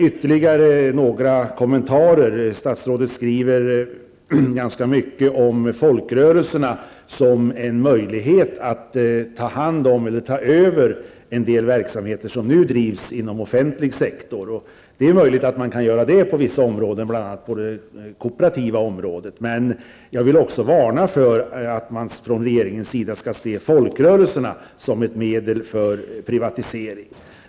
Ytterligare några kommentarer. Statsrådet skriver ganska mycket om folkrörelserna som en möjlighet att ta över en del verksamheter som nu bedrivs inom den offentliga sektorn. Det är möjligt att man kan göra det på vissa områden, bl.a. på det kooperativa området. Men jag vill också varna för att från regeringens sida se folkrörelserna som ett medel för privatisering.